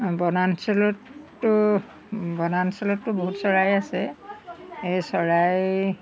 বনাঞ্চলতো বনাঞ্চলততো বহুত চৰাই আছে এই চৰাই